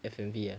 F_M_V ah